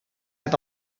net